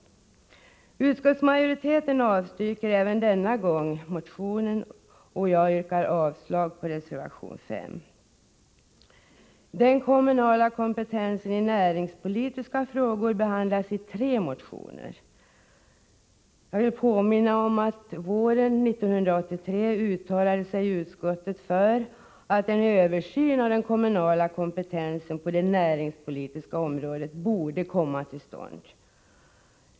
Utskottsmajoriteten avstyrker även i detta fall motionen, och jag yrkar avslag på reservation 5. Den kommunala kompetensen i näringspolitiska frågor behandlas i tre motioner. Jag vill påminna om att utskottet våren 1983 uttalade att en översyn av den kommunala kompetensen på det näringspolitiska området borde komma till stånd.